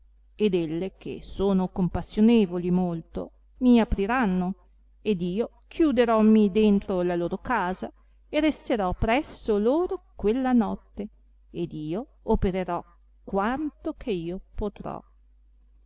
ed elle che sono compassionevoli molto mi apriranno ed io chiuderommi dentro la loro casa e resterò presso loro quella notte ed io opererò quanto che io potrò